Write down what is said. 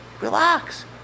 Relax